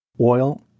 oil